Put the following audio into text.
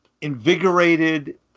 invigorated